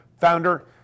founder